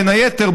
בין היתר,